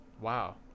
Wow